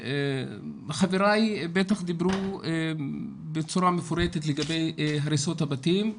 חבריי בטח דיברו בצורה מפורטת לגבי הריסות הבתים.